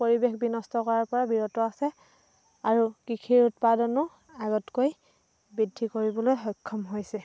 পৰিৱেশ বিনষ্ট কৰাৰ পৰা বিৰত আছে আৰু কৃষিৰ উৎপাদনো আগতকৈ বৃদ্ধি কৰিবলৈ সক্ষম হৈছে